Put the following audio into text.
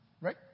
Right